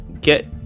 get